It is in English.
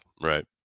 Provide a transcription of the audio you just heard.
right